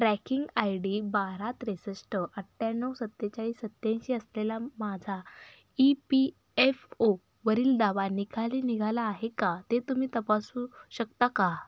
tracking I D बारा त्रेसष्ट अठ्ठ्याण्णव सत्तेचाळीस सत्त्याऐंशी असलेला माझा ई पी एफ ओवरील दावा निकाली निघाला आहे का ते तुम्ही तपासू शकता का